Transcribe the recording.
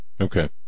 Okay